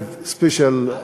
with special,